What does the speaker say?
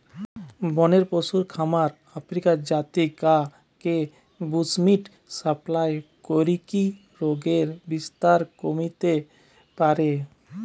বনের পশুর খামার আফ্রিকার জাতি গা কে বুশ্মিট সাপ্লাই করিকি রোগের বিস্তার কমিতে পারে